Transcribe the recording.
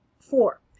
Four